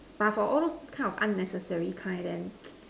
but for all those kind of unnecessary kind then